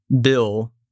bill